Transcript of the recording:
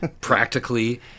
Practically